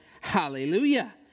hallelujah